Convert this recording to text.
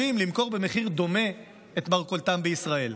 למכור במחיר דומה את מרכולתם בישראל.